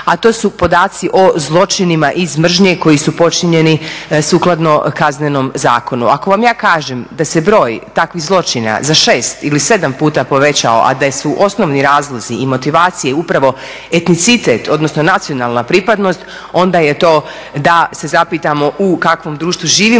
a to su podaci o zločinima iz mržnje koji su počinjeni sukladno Kaznenom zakonu. Ako vam ja kažem da se broj takvih zločina za 6 ili 7 puta povećao a da su osnovni razlozi i motivacije upravo etnicitet odnosno nacionalna pripadnost onda je to da se zapitamo u kakvom društvu živimo